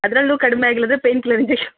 ಅದರಲ್ಲೂ ಕಡಿಮೆ ಆಗಿಲ್ಲಾಂದರೆ ಪೇನ್ ಕಿಲ್ಲರ್ ಇಂಜೆಕ್ಷನ್